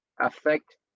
affect